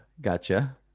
Gotcha